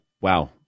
Wow